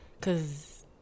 Cause